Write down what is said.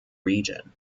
region